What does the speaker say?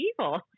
evil